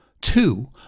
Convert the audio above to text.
Two